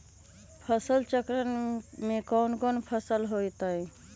फसल चक्रण में कौन कौन फसल हो ताई?